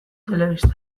telebistan